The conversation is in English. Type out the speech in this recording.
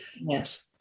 yes